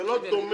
זה לא דומה